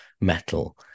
metal